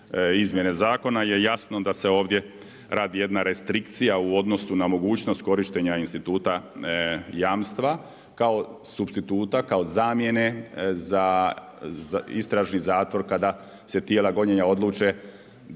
izmjene zakona je jasno da se ovdje radi jedna restrikcija u odnosu na mogućnost korištenja instituta jamstva, kao supstituta kao zamjene za istražni zatvor, kada se tijela gonjenja odluče, dakle